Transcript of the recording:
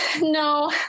No